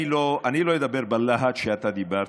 אני לא אדבר בלהט שאתה דיברת,